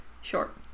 short